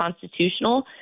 constitutional –